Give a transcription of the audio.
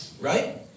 Right